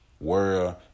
world